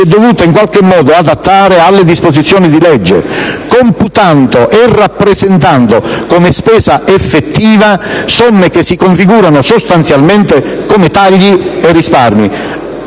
è dovuta in qualche modo adattare alle disposizioni di legge, computando e rappresentando come "spesa effettiva" somme che si configurano sostanzialmente come "tagli" e "risparmi".